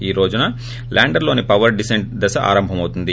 ఆ రోజున ల్యాండర్లోని పవర్ డిసెంట్ దశ ఆరంభమవుతుంది